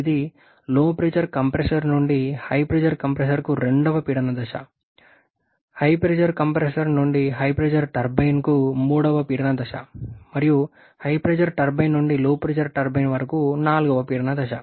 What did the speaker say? ఇది LP compressor నుండి HP కంప్రెసర్కు రెండవ పీడన దశ HP కంప్రెసర్ నుండి HP టర్బైన్కు మూడవ పీడన దశ మరియు HP టర్బైన్ నుండి LP టర్బైన్ వరకు నాల్గవ పీడన దశ